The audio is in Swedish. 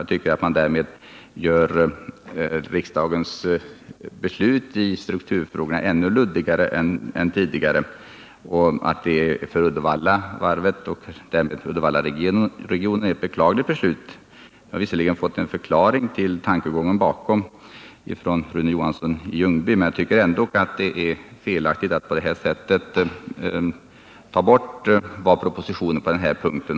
Jag tycker att man därmed gör riksdagens beslut i strukturfrågorna ännu luddigare än tidigare och att det för Uddevallavarvet och därmed Uddevallaregionen är ett beklagligt beslut. Jag har visserligen fått en förklaring till tankegången bakom detta från Rune Johansson i Ljungby, men jagtycker ändå att det är felaktigt att på det här sättet ta bort vad propositionen på denna punkt